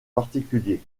particuliers